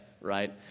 right